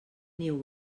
niu